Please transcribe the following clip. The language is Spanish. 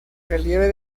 relieve